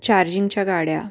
चार्जिंगच्या गाड्या